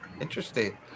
interesting